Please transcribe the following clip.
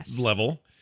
level